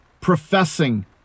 professing